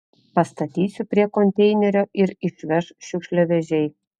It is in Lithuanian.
pastatysiu prie konteinerio ir išveš šiukšliavežiai